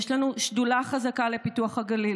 יש לנו שדולה חזקה לפיתוח הגליל.